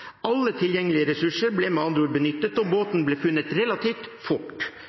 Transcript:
Alle tilgjengelige ressurser ble med andre ord benyttet, og båten ble funnet relativt fort.